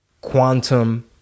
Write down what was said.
quantum